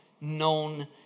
Known